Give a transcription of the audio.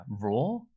Raw